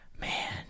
Man